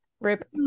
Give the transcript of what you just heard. RIP